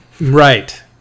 Right